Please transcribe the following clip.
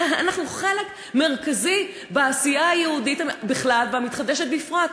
אנחנו חלק מרכזי בעשייה היהודית בכלל והמתחדשת בפרט.